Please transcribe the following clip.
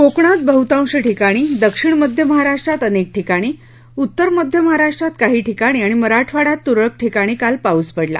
कोकणात बहतांश ठिकाणी दक्षिण मध्य महाराष्ट्रात अनेक ठिकाणी उत्तर मध्य महाराष्ट्रात काही ठिकाणी आणि मराठवाङ्यात तुरळक ठिकाणी काल पाऊस पडला